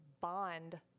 bond